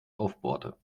aufbohrte